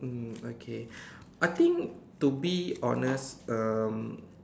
mm okay I think to be honest um